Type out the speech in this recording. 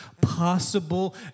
possible